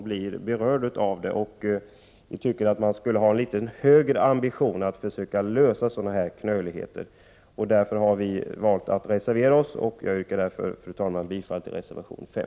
Vi menar att man 89 borde ha en högre ambition att försöka komma till rätta med sådana knöligheter. Vi har därför valt att reservera oss. Fru talman! Jag yrkar bifall till reservation 5.